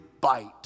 bite